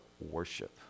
worship